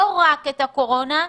לא רק את הקורונה,